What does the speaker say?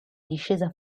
discesa